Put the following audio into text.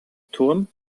turm